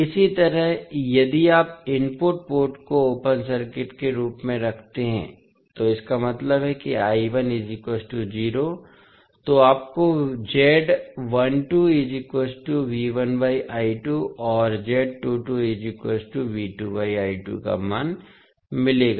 इसी तरह यदि आप इनपुट पोर्ट को ओपन सर्किट के रूप में रखते हैं तो इसका मतलब है कि तो आपको और का मान मिलेगा